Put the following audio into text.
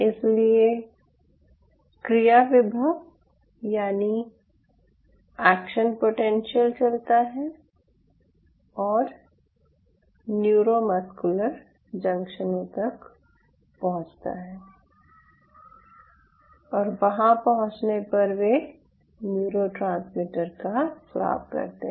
इसलिए क्रिया विभव यानि एक्शन पोटेंशियल चलता है और न्यूरोमस्कुलर जंक्शनों तक पहुंचता है और वहां पहुंचने पर वे न्यूरोट्रांसमीटर का स्राव करते हैं